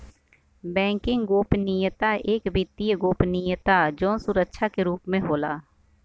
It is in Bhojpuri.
बैंकिंग गोपनीयता एक वित्तीय गोपनीयता जौन सुरक्षा के रूप में होला